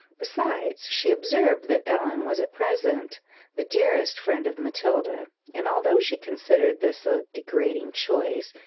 besides, she observed that ellen was at present the dearest friend of matilda and although she considered this a degrading choice,